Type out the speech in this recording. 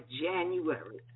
January